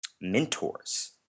mentors